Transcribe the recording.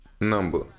number